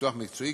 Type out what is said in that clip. פיתוח מקצועי,